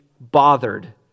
bothered